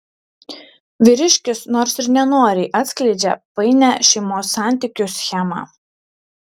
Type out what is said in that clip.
vyriškis nors ir nenoriai atskleidžia painią šeimos santykių schemą